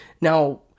Now